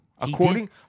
According